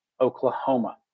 Oklahoma